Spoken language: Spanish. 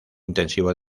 intensivo